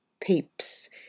peeps